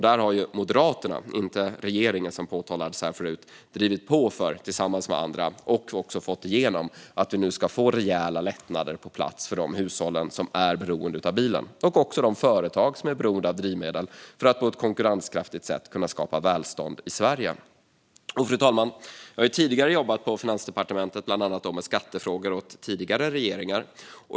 Där har Moderaterna - inte regeringen, som påtalades här förut - tillsammans med andra drivit på för och också fått igenom att vi nu ska få rejäla lättnader på plats för de hushåll som är beroende av bilen. Det gäller också de företag som är beroende av drivmedel för att på att konkurrenskraftigt sätt kunna skapa välstånd i Sverige. Fru talman! Jag har tidigare jobbat på Finansdepartementet med bland annat skattefrågor åt tidigare regeringar.